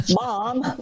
Mom